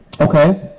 Okay